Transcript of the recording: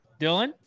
Dylan